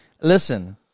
Listen